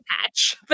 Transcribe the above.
patch